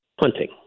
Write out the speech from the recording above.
hunting